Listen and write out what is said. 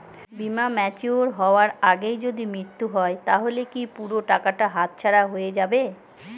বীমা ম্যাচিওর হয়ার আগেই যদি মৃত্যু হয় তাহলে কি পুরো টাকাটা হাতছাড়া হয়ে যাবে?